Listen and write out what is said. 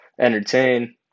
entertain